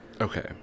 Okay